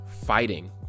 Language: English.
fighting